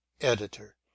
editor